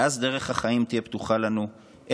ואז דרך החיים תהיה פתוחה לנו איכשהו,